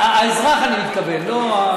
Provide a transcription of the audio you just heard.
האזרח, אני מתכוון.